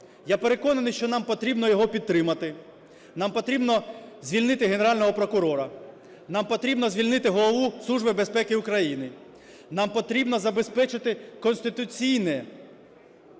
Я переконаний, що нам потрібно його підтримати: нам потрібно звільнити Генерального прокурора, нам потрібно звільнити Голову Служби безпеки України, нам потрібно забезпечити конституційну